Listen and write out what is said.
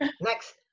Next